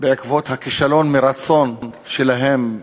בעקבות הכישלון מרצון, שלהם,